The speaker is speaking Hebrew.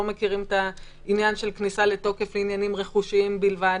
לא מכירים את העניין של כניסה לתוקף לעניינים רכושיים בלבד,